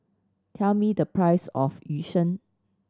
tell me the price of Yu Sheng